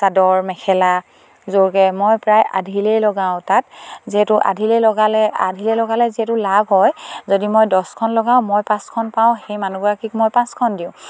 চাদৰ মেখেলা যোৰকে মই প্ৰায় আধিলেই লগাওঁ তাত যিহেতু আধিলেই লগালে আধিলে লগালে যিহেতু লাভ হয় যদি মই দছখন লগাওঁ মই পাঁচখন পাওঁ সেই মানুহগৰাকীক মই পাঁচখন দিওঁ